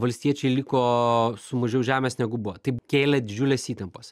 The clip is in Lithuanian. valstiečiai liko su mažiau žemės negu buvo taip kėlė didžiules įtampas